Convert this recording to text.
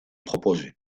proposé